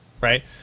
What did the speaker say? Right